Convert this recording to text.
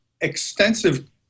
extensive